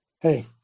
Hey